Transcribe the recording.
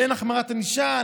אין החמרת ענישה,